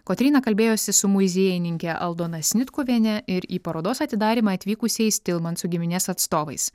kotryna kalbėjosi su muziejininke aldona snitkuviene ir į parodos atidarymą atvykusiais tilmansų giminės atstovais